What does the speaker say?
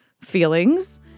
feelings